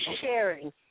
sharing